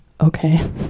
okay